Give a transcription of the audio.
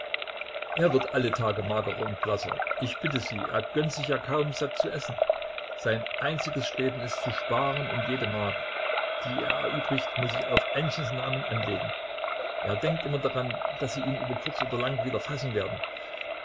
er wird alle tage magerer und blasser ich bitte sie er gönnt sich ja kaum satt zu essen sein einziges streben ist zu sparen und jede mark die er erübrigt muß ich auf ännchens namen anlegen er denkt immer daran daß sie ihn über kurz oder lang wieder fassen werden